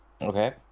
Okay